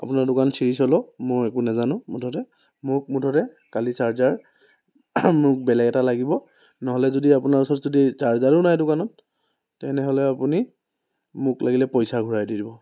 আপোনাৰ দোকান ছিজ হ'লেও মই একো নাজানো মুঠতে মোক মুঠতে কালি চাৰ্জাৰ বেলেগ এটা লাগিব নহ'লে যদি আপোনাৰ ওচৰত যদি চাৰ্জাৰো নাই দোকানত তেনেহ'লে আপুনি মোক লাগিলে পইচা ঘূৰাই দি দিব